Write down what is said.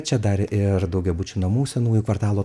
čia dar ir daugiabučių namų senųjų kvartalų